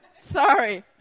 sorry